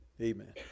Amen